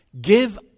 Give